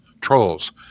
trolls